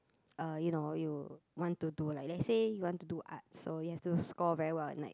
uh you know you want to do like let's say you want to do art so you have to score very well in like